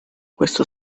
questo